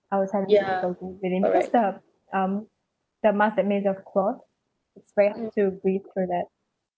I was having difficulty breathing because the um the mask that made of cloth it's very hard to breathe through that